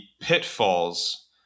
pitfalls